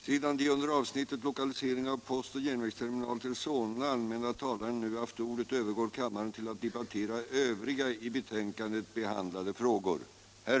Sedan de under avsnittet Lokalisering av postoch järnvägsterminal till Solna anmälda talarna nu haft ordet övergår kammaren till att debattera övriga i betänkandet behandlade frågor.